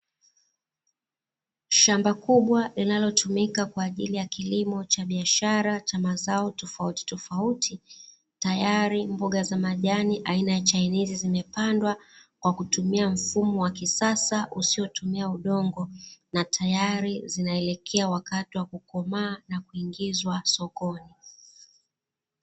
Shamba kubwa linalotumika kwa ajili ya kilimo cha biashara cha mazao tofautitofauti, tayari mboga za majani aina ya chainizi zimepandwa, kwa kutumia mfumo wa kisasa usiotumia udongo. Na tayari zinaelekea wakati wa kukomaa na kuingizwa sokoni.